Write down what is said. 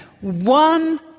One